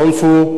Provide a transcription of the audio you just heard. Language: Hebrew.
קונג-פו,